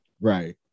Right